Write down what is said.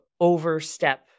overstep